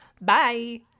Bye